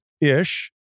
ish